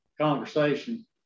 conversation